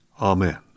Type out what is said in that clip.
Amen